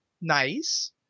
nice